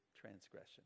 transgression